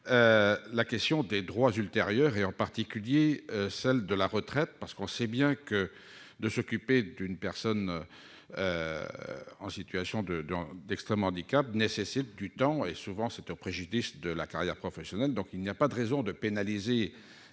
la question des droits ultérieurs et, en particulier, celle de la retraite. On sait bien, en effet, que s'occuper d'une personne en situation d'extrême handicap nécessite du temps, ce qui se fait souvent au préjudice de la carrière professionnelle. Il n'y a pas de raison de pénaliser